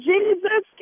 Jesus